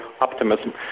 optimism